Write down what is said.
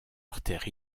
artère